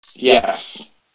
Yes